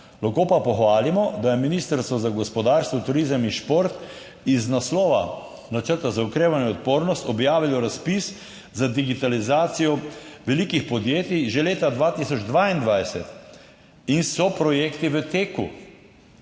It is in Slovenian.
Lahko pa pohvalimo, da je Ministrstvo za gospodarstvo, turizem in šport iz naslova načrta za okrevanje in odpornost objavilo razpis za digitalizacijo velikih podjetij že leta 2022 in so projekti v teku.